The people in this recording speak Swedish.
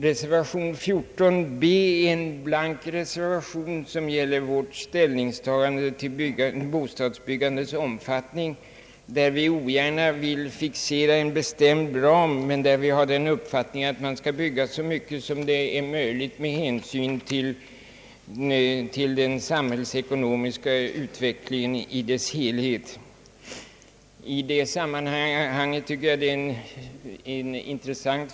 Reservation 14 b är en blank reservation gällande vårt ställningstagande till bostadsbyggandets omfattning. Där vill vi ogärna fixera en bestämd ram men har den uppfattningen, att man skall bygga så mycket som möjligt med hänsyn till den samhällsekonomiska utvecklingen i sin helhet. I detta sammanhang finner jag en fråga intressant.